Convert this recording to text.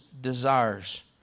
desires